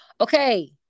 Okay